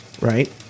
right